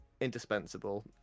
indispensable